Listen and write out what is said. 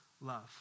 love